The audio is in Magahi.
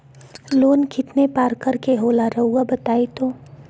लोन कितने पारकर के होला रऊआ बताई तो?